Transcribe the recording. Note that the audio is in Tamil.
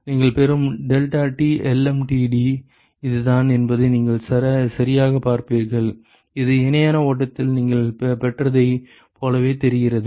நீங்கள் பெறும் deltaTlmtd இதுதான் என்பதை நீங்கள் சரியாகப் பார்ப்பீர்கள் இது இணையான ஓட்டத்தில் நீங்கள் பெற்றதைப் போலவே தெரிகிறது